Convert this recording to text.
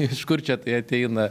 iš kur čia tai ateina